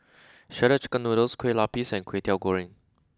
shredded chicken noodles Kueh lapis and Kwetiau Goreng